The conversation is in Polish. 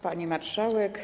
Pani Marszałek!